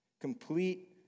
Complete